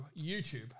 YouTube